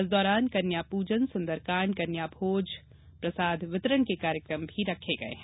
इस दौरान कन्या पूजन सुन्दरकांड कन्यामोज प्रसाद वितरण के कार्यक्रम भी रखे गये है